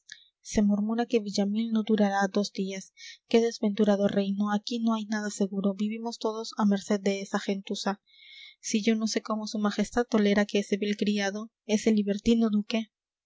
se murmura que villamil no durará dos días qué desventurado reino aquí no hay nada seguro vivimos a merced de esa gentuza si yo no sé cómo su majestad tolera que ese vil criado ese libertino duque